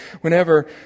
Whenever